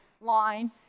line